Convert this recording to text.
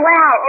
Wow